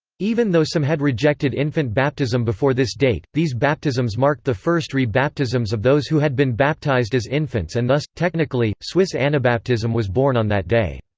even though some had rejected infant baptism before this date, these baptisms marked the first re-baptisms of those who had been baptized as infants and thus, technically, swiss anabaptism was born on that day.